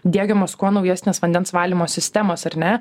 diegiamos kuo naujesnės vandens valymo sistemos ar ne